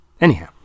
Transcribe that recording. Anyhow